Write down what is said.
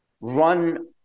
run